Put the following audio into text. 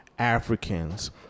Africans